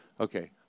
Okay